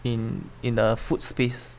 in in the food space